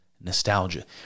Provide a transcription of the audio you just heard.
nostalgia